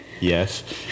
Yes